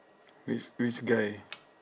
which which guy